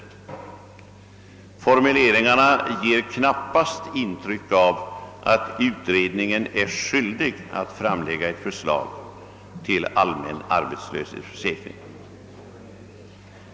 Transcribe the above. Formuleringarna ger knappast intryck av att utredningen är skyldig att framlägga ett förslag till allmän arbetslöshetsförsäkring.